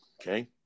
Okay